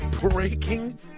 Breaking